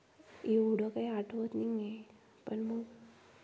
एवढं काही आठवत नाही आहे पण मग